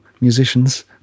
musicians